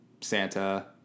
Santa